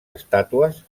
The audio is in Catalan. estàtues